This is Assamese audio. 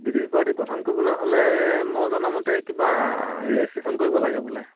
ভি ডি পি পাৰ্টী গঠন কৰিবলৈ হ'লে মই জনামতে কিবা ৰেজিষ্ট্ৰেশ্যন কৰিব লাগে বোলে